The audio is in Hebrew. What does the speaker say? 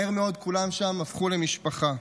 מהר מאוד כולם שם הפכו למשפחה.